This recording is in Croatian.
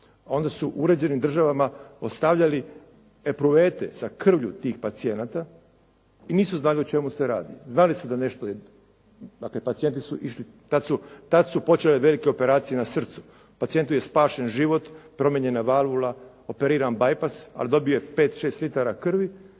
Onda su u uređenim državama ostavljali epruvete sa krvlju tih pacijenata i nisu znali o čemu se radi. Znali su da nešto je, dakle pacijenti su išli, tad su počele velike operacije na srcu. Pacijentu je spašen život, promijenjena valvula, operiran bypass, ali dobio je 5, 6 litara krvi